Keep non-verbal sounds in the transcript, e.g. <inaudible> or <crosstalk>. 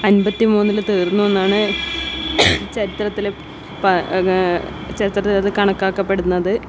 അൻപത്തി മൂന്നിൽ തീർന്നു എന്നാണ് ചരിത്രത്തിൽ <unintelligible> ചരിത്രത്തിൽ അത് കണക്കാക്കപ്പെടുന്നത്